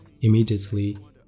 immediately